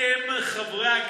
חברות וחברי